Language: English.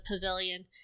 pavilion